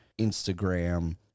Instagram